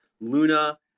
Luna